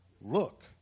Look